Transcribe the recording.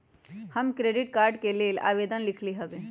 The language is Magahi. हम क्रेडिट कार्ड के लेल आवेदन लिखली हबे